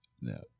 No